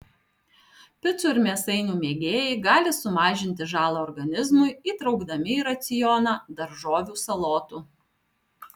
picų ir mėsainių mėgėjai gali sumažinti žalą organizmui įtraukdami į racioną daržovių salotų